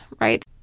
right